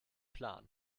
plan